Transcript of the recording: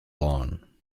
lawn